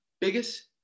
Biggest